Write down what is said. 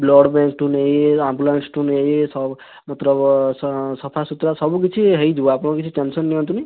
blood ବ୍ୟାଙ୍କଠୁ ନେଇ ambulance ଠୁ ନେଇ ସବୁ ସଫାସୁତୁରା ସବୁ କିଛି ହେଇଯିବ ଆପଣ କିଛି ଟେନସନ୍ ନିଅନ୍ତୁନି